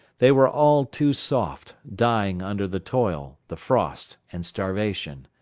they were all too soft, dying under the toil, the frost, and starvation.